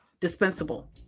dispensable